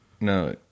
No